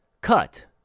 cut